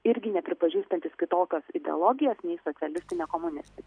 irgi nepripažįstantis kitokios ideologijos nei socialistinė komunistinė